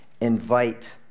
Invite